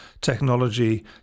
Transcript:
technology